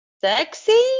Sexy